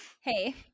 hey